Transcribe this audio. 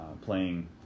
playing